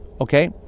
okay